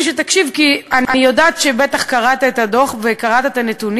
אני אומר לך את האמת: כבר יש ריב איזה מקומות,